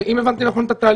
הרי אם הבנתי נכון את התהליך,